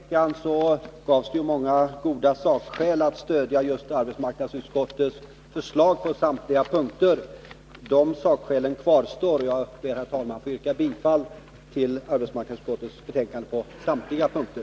Herr talman! I den långa debatt vi hade förra veckan gavs det många goda sakskäl för att stödja arbetsmarknadsutskottets förslag på samtliga punkter. De sakskälen kvarstår. Jag ber, herr talman, att få yrka bifall till arbetsmarknadsutskottets hemställan på samtliga punkter.